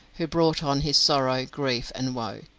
who brought on his sorrow, grief, and woe.